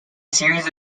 series